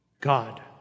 God